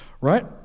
Right